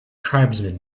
tribesmen